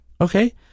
Okay